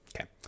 Okay